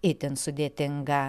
itin sudėtinga